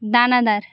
দানাদার